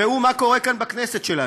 ראו מה קורה כאן בכנסת שלנו.